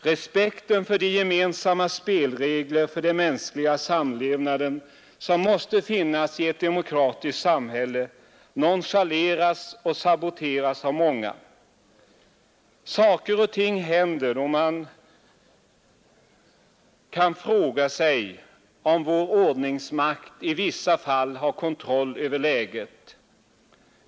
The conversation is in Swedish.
Respekten för de gemensamma spelregler för den mänskliga samlevnaden som måste finnas i ett demokratiskt samhälle nonchaleras och saboteras av många. Man kan fråga sig om vår ordningsmakt i vissa fall har kontroll över läget.